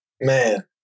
man